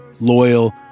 loyal